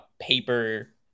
paper